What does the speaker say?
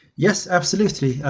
yes, absolutely. ah